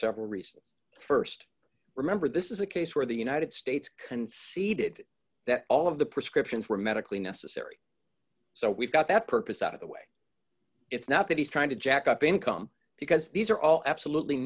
reasons st remember this is a case where the united states conceded that all of the prescriptions were medically necessary so we've got that purpose out of the way it's not that he's trying to jack up income because these are all absolutely